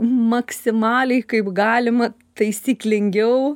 maksimaliai kaip galima taisyklingiau